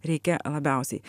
reikia labiausiai